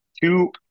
two